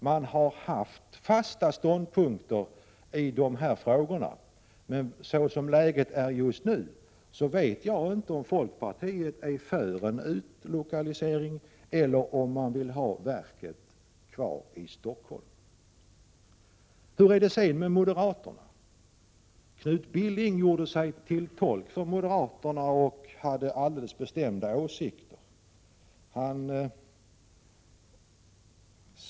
Partiet har tidvis haft fasta ståndpunkter i dessa frågor, men såsom läget är just nu vet jag inte om folkpartiet är för en utlokalisering eller om man vill ha kvar verket i Stockholm. Hur är det då med moderaterna? Knut Billing gjorde sig till tolk för deras uppfattning och framförde bestämda åsikter.